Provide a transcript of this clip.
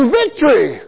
victory